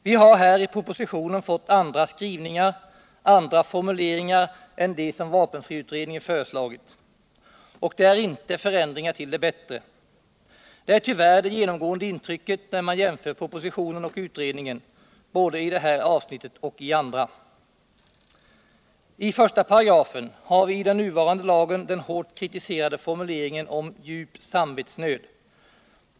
Vi har här i propositionen fått andra skrivningar och andra formuleringar än dem som vapenfriutredningen har föreslagit. Det är inte förändringar till det bättre. Det är tyvärr det genomgående intrycket när man jämför propositionen och utredningen, både i det här avsnittet och i andra. I I § i den nuvarande lagen har vi den hårt kritiserade formuleringen om ”djup samvetsnöd”.